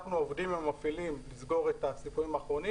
אנחנו עובדים עם המפעילים לסגור את הפרטים האחרונים